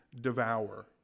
devour